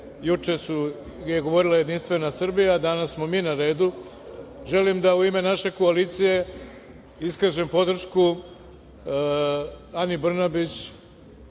juče je govorila JS, danas smo mi na redu. Želim da u ime naše koalicije iskažem podršku Ani Brnabić